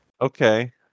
okay